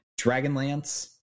Dragonlance